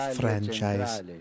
franchise